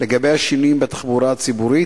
לגבי השינויים בתחבורה הציבורית?